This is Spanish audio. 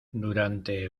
durante